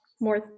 more